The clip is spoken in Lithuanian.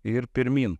ir pirmyn